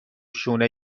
شونه